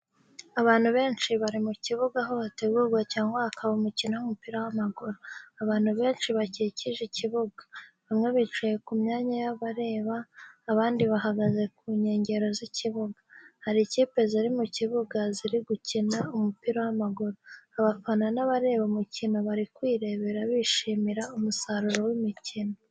Abantu benshi bari mu kibuga aho hategurwa cyangwa haba umukino w’umupira w’amaguru. Abantu benshi bakikije ikibuga, bamwe bicaye mu myanya y’abareba, abandi bahagaze ku nkengero z’ikibuga. Hari ikipe ziri mu kibuga ziri gukina umupira w’amaguru. Abafana n’abareba umukino bari kwirebera bishimira umusaruro w’imikino.